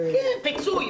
כן, פיצוי.